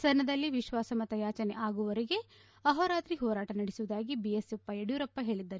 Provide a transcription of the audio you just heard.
ಸದನದಲ್ಲಿ ವಿಶ್ವಾಸಮತ ಯಾಚನೆ ಆಗುವವರೆಗೆ ಅಹೋರಾತ್ರಿ ಹೋರಾಟ ನಡೆಸುವುದಾಗಿ ಬಿಎಸ್ ಯಡಿಯೂರಪ್ಪ ಹೇಳಿದ್ದಾರೆ